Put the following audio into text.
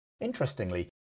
Interestingly